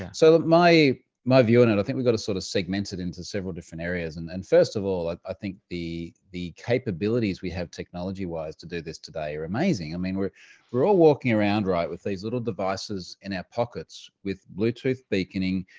yeah so my my view on and it, i think we've got to sort of segment it into several different areas. and and first of all, like i think the the capabilities we have technology-wise to do this today are amazing. i mean, we're we're all walking around, right, with these little devices in our pockets with bluetooth beaconing,